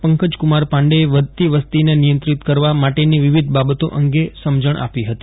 પંકજકુમાર પાંડેએ વધતી વસતિને નિયંત્રિત કરવા માટેની વિવિધ બાબતો અંગે સમજણ આપી હતી